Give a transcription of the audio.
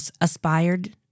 aspired